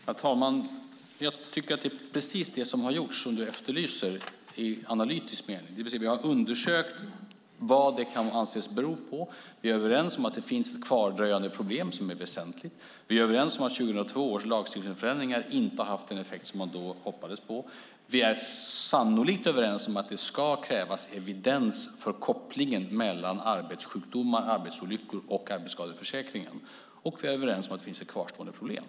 Herr talman! Jag tycker att det som Marianne Berg efterlyser är precis det som har gjorts i analytisk mening, det vill säga att vi har undersökt vad det kan anses bero på. Vi är överens om att det finns ett kvardröjande problem som är väsentligt. Vi är överens om att 2002 års lagstiftningsförändringar inte har haft den effekt som vi då hoppades på. Vi är sannolikt överens om att det ska krävas evidens för kopplingen mellan arbetssjukdomar, arbetsolyckor och arbetsskadeförsäkringen. Och vi är överens om att det finns ett kvarstående problem.